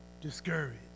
discouraged